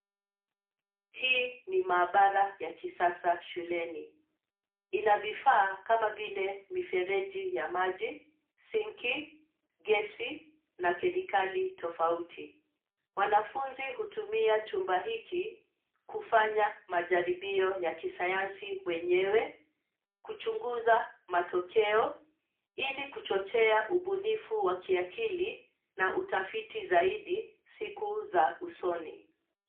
Hii ni maabara ya kisasa shuleni. Ina vifaa kama vile mifereji ya maji, sinki, gesi na kemikali tofauti. Wanafunzi hutumia chumba hiki kufanya majaribio ya kisayansi wenyewe, kuchunguza matokeo ili kuchochea ubunifu wa kiakili na utafiti zaidi siku za usoni.